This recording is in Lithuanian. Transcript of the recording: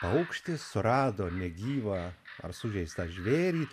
paukštis surado negyvą ar sužeistą žvėrį